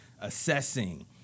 assessing